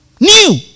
New